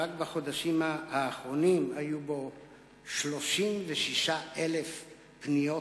ורק בחודשים האחרונים טופלו בו 36,000 פניות,